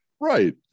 Right